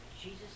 Jesus